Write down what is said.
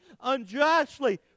unjustly